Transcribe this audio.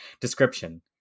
Description